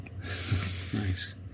nice